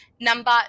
Number